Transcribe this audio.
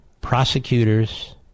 prosecutor's